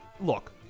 Look